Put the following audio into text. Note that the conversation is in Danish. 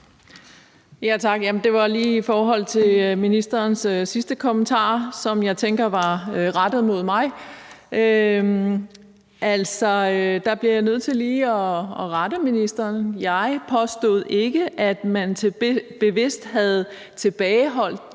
Tak. Det var i forhold til ministerens sidste kommentar, som jeg tænker var rettet mod mig, og der bliver jeg nødt til lige at rette ministeren. Jeg påstod ikke, at man bevidst havde tilbageholdt